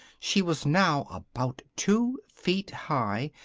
she was now about two feet high,